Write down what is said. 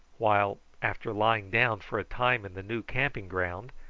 while, after lying down for a time in the new camping-ground,